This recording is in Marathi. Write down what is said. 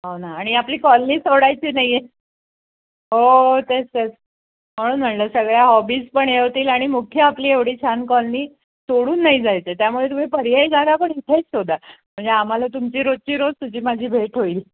हो ना आणि आपली कॉलनी सोडायची नाही आहे हो तेच तेच म्हणून म्हटलं सगळ्या हॉबीज पण हे होतील आणि मुख्य आपली एवढी छान कॉलनी सोडून नाही जायचं त्यामुळे तुम्ही पर्यायी जागा पण इथेच शोधा म्हणजे आम्हाला तुमची रोजची रोज तुझी माझी भेट होईल